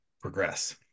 progress